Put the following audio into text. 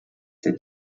der